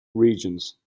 regions